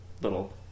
little